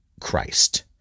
Christ